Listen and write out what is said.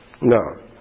No